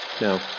Now